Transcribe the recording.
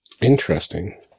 Interesting